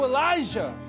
Elijah